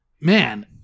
man